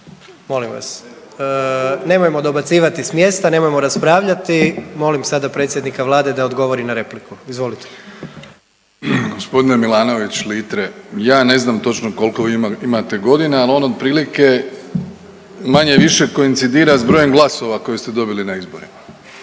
molim vas, nemojmo dobacivati s mjesta, nemojmo raspravljati, molim sada predsjednika vlade da odgovori na repliku, izvolite. **Plenković, Andrej (HDZ)** Gospodine Milanović Litre, ja ne znam točno kolko vi imate godina, al on otprilike manje-više koincidira s brojem glasova koje ste dobili na izborima